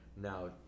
Now